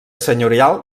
senyorial